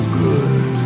good